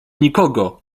nikogo